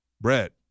Brett